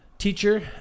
Teacher